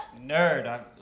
Nerd